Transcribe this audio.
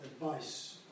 advice